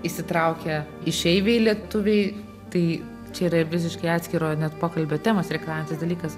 įsitraukė išeiviai lietuviai tai čia yra ir visiškai atskiro net pokalbio temos reikalaujantis dalykas